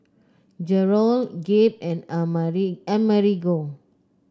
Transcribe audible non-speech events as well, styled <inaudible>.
Jerrold Gabe and <unintelligible> Amerigo